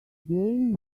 game